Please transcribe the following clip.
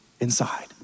inside